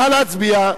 נא להצביע.